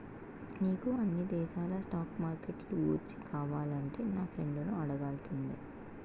నీకు అన్ని దేశాల స్టాక్ మార్కెట్లు గూర్చి కావాలంటే నా ఫ్రెండును అడగాల్సిందే